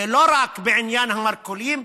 זה לא רק בעניין המרכולים,